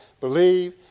believe